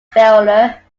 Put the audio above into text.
failure